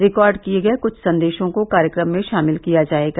record किए गए कुछ संदेशों को कार्यक्रम में शामिल किया जाएगा